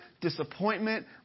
disappointment